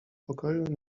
pokoju